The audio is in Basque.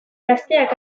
gazteak